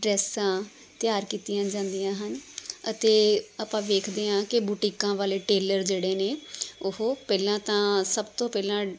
ਡਰੈੱਸਾਂ ਤਿਆਰ ਕੀਤੀਆਂ ਜਾਂਦੀਆਂ ਹਨ ਅਤੇ ਆਪਾਂ ਵੇਖਦੇ ਹਾਂ ਕਿ ਬੁਟੀਕਾਂ ਵਾਲੇ ਟੇਲਰ ਜਿਹੜੇ ਨੇ ਉਹ ਪਹਿਲਾਂ ਤਾਂ ਸਭ ਤੋਂ ਪਹਿਲਾਂ